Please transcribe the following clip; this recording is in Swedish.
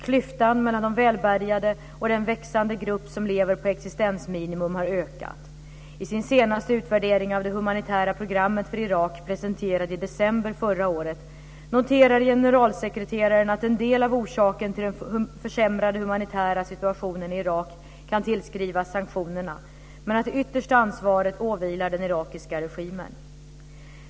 Klyftan mellan de välbärgade och den växande grupp som lever på existensminimum har ökat. I sin senaste utvärdering av det humanitära programmet för Irak, presenterad i december förra året, noterar generalsekreteraren att en del av orsaken till den försämrade humanitära situationen i Irak kan tillskrivas sanktionerna, men att det yttersta ansvaret åvilar den irakiska regimen.